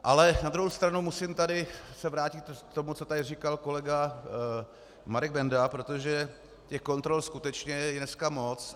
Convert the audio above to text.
Ale na druhou stranu se musím vrátit k tomu, co tady říkal kolega Marek Benda, protože těch kontrol skutečně je dneska moc.